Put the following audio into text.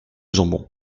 jambon